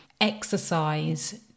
exercise